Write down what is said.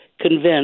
convinced